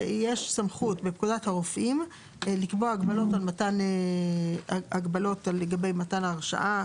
יש סמכות בפקודת הרופאים לקבוע הגבלות לגבי מתן ההרשאה,